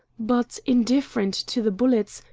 but, indifferent to the bullets,